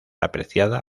apreciada